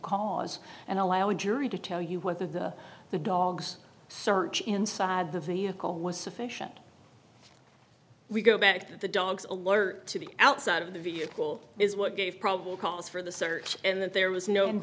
cause and allow a jury to tell you whether the the dogs search inside the vehicle was sufficient we go back to the dogs alert to the outside of the vehicle is what gave probable cause for the search and that there was no ind